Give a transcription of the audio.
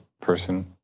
person